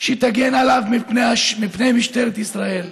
שתגן עליו מפני משטרת ישראל,